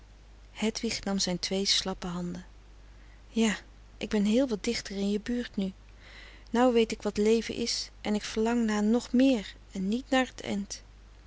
hedwig nam zijn twee slappe handen ja ik ben heel wat dichter in je buurt nu nou weet ik wat leven is en ik verlang na nog méér en niet naar t